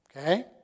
Okay